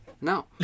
No